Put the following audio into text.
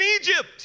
Egypt